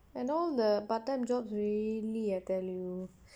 and all the part time jobs really I tell you